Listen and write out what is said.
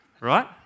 Right